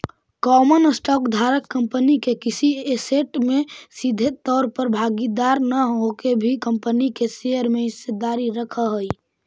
common stock धारक company के किसी ऐसेट में सीधे तौर पर भागीदार न होके भी कंपनी के शेयर में हिस्सेदारी रखऽ हइ